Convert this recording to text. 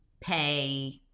pay